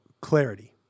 clarity